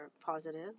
positive